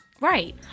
Right